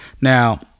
Now